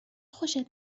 خوشت